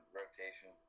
rotation